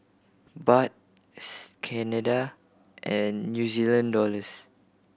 Baht Canada and New Zealand Dollars